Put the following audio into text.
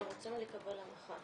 אבל רוצים לקבל הנחה.